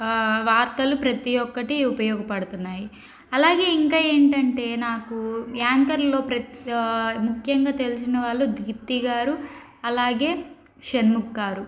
వార్తలు ప్రతి ఒక్కటి ఉపయోగపడుతున్నాయి అలాగే ఇంకా ఏంటంటే నాకు యాంకరులో ముఖ్యంగా తెలిసినవాళ్ళు దీప్తి గారు అలాగే షన్ముఖ్ గారు